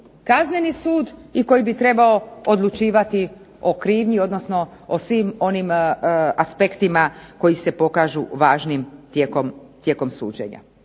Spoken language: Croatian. kazneni sud i koji bi trebao odlučivati o krivnji, odnosno o svim onim aspektima koji se pokažu važnim tijekom suđenja.